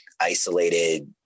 isolated